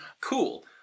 Cool